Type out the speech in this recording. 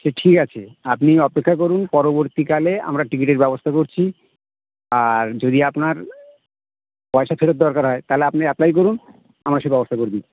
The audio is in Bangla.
সে ঠিক আছে আপনি অপেক্ষা করুন পরবর্তীকালে আমরা টিকিটের ব্যবস্থা করছি আর যদি আপনার পয়সা ফেরত দরকার হয় তাহলে আপনি অ্যাপ্লাই করুন আমরা সেই ব্যবস্থা করে দিই